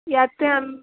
ইয়াতে আন